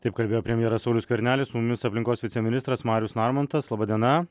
taip kalbėjo premjeras saulius skvernelis su mumis aplinkos viceministras marius narmontas laba diena